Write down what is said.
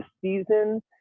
season